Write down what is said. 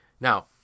Now